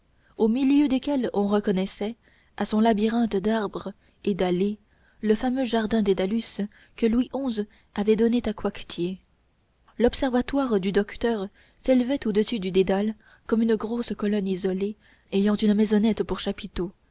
au milieu desquels on reconnaissait à son labyrinthe d'arbres et d'allées le fameux jardin dédalus que louis xi avait donné à coictier l'observatoire du docteur s'élevait au-dessus du dédale comme une grosse colonne isolée ayant une maisonnette pour chapiteau